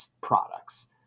Products